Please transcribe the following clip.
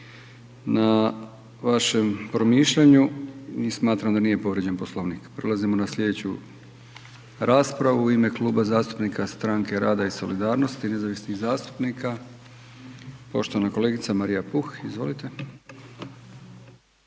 na vašem promišljanju i smatram da nije povrijeđen poslovnik. Prelazimo na sljedeću raspravu. U ime Kluba zastupnika Stranke rada i solidarnosti nezavisnih zastupnika poštovana kolegica Marija Puh, izvolite.